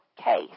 case